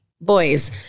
boys